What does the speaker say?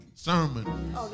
Sermon